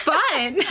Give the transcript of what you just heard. fun